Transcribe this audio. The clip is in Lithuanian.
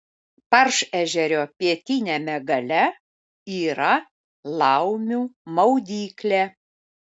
paršežerio pietiniame gale yra laumių maudyklė